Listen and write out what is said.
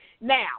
now